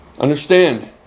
Understand